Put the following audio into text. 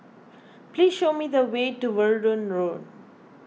please show me the way to Verdun Road